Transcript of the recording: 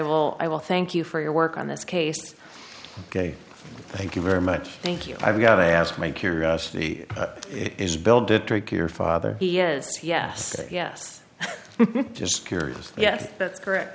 will i will thank you for your work on this case ok thank you very much thank you i've got to ask my curiosity is build to trick your father he is yes yes just curious yes that's correct